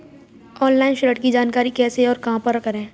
Online ऋण की जानकारी कैसे और कहां पर करें?